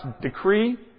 decree